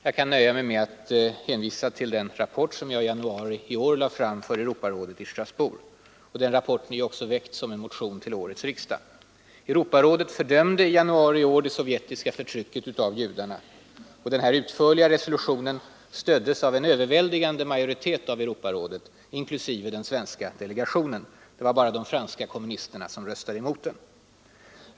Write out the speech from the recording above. Jag kan nöja mig med att hänvisa till den rapport som jag i januari i år lade fram för Europarådet i Strasbourg. Den rapporten är också fogad som bilaga till en motion, som jag har väckt till årets riksdag. Europarådet fördömde i januari i år det sovjetiska förtrycket av judarna. Den utförliga resolutionen stöddes av en överväldigande majoritet av Europarådet, inklusive den svenska delegationen. Det var bara de franska kommunisterna som röstade emot den.